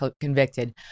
convicted